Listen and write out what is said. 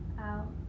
out